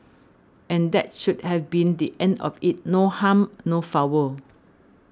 and that should have been the end of it no harm no foul